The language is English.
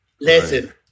Listen